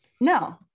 No